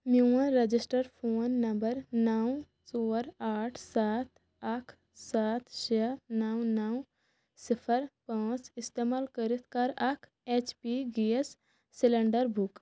میون register phone number نَو ژور آٹھ سَتھ اکھ سَتھ شےٚ نَو نَو صِفر پانژھ استعمال کٔرِتھ کَر اکھ H P gas cylinder book